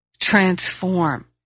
transform